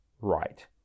right